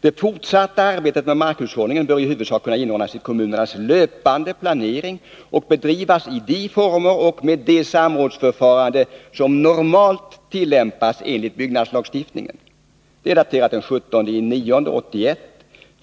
Det fortsatta arbetet med markhushållningen bör i huvudsak kunna inordnas i kommunernas löpande planering och bedrivas i de former och med det samrådsförfarande som normalt tillämpas enligt byggnadslagstiftningen.” Beslutet är daterat den 17 september 1981.